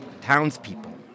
Townspeople